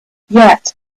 yet